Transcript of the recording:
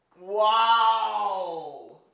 Wow